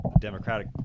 Democratic